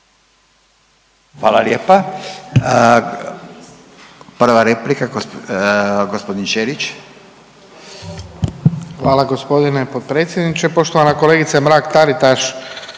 Hvala lijepa. Prva replika, gospodin Ćelić. **Ćelić, Ivan (HDZ)** Hvala gospodine potpredsjedniče. Poštovana kolegice Mrak Taritaš